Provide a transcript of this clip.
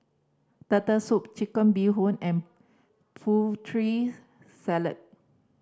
Turtle Soup Chicken Bee Hoon and Putri Salad